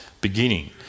beginning